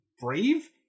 brave